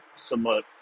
somewhat